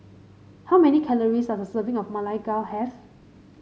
how many calories does a serving of Ma Lai Gao have